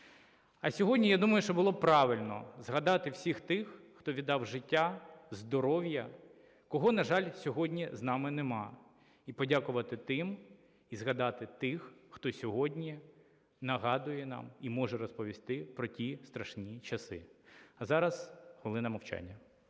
А сьогодні я думаю, що було б правильно згадати всіх тих, хто віддав життя, здоров'я, кого, на жаль, сьогодні з нами немає і подякувати тим, і згадати тих, хто сьогодні нагадує нам і може розповісти про ті страшні часи. А зараз хвилина мовчання.